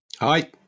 hi